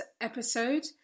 episode